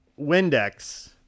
Windex